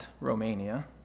Romania